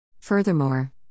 Furthermore